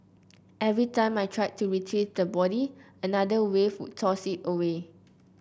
every time I tried to retrieve the body another wave would toss it away